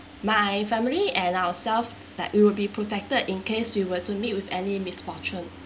my family and ourselves that you will be protected in case you were to meet with any misfortune